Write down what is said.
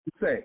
say